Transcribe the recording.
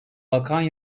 bakan